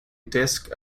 disc